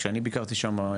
כשאני ביקרתי שמה,